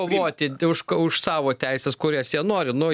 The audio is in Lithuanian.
kovoti už ką už savo teises kurias jie nori nu